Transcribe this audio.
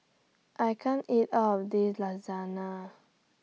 I can't eat All of This Lasagna